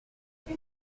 quel